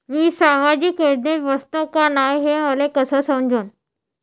मी सामाजिक योजनेत बसतो का नाय, हे मले कस समजन?